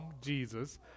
Jesus